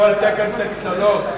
חשב על תקן סקסולוג.